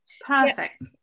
perfect